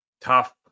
tough